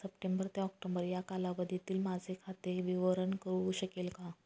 September ते October या कालावधीतील माझे खाते विवरण कळू शकेल का?